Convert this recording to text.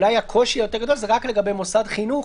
שהקושי היותר גדול זה רק לגבי מוסד חינוך,